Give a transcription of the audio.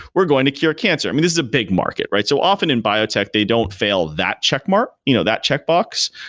we're going to cure cancer. i mean, this is a big market. so often, in biotech, they don't fail that checkmark, you know that checkbox.